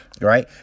right